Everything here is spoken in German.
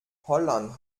holland